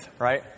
right